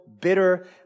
bitter